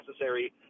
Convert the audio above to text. necessary